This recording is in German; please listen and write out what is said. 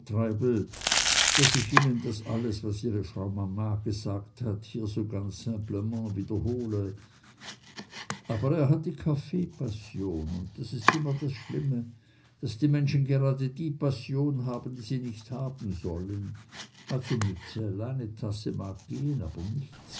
daß ich ihnen das alles was ihre frau mama gesagt hat hier so ganz simplement wiederhole aber er hat die kaffeepassion und das ist immer das schlimme daß die menschen grade die passion haben die sie nicht haben sollen also mützell eine tasse mag gehen aber nicht